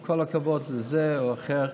עם כל הכבוד לזה או אחר,